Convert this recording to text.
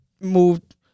Moved